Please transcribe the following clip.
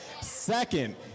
Second